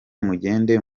mugende